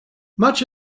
much